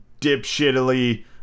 dipshittily